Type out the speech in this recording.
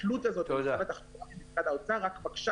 התלות הזאת של משרד התחבורה במשרד האוצר רק מקשה